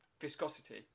viscosity